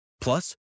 Plus